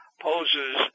poses